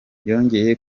yongeye